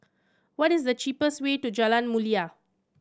what is the cheapest way to Jalan Mulia